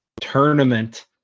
tournament